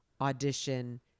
audition